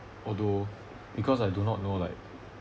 although because I do not know like